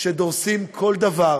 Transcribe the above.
שדורסים כל דבר